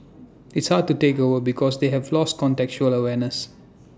it's hard to take over because they have lost contextual awareness